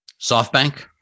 SoftBank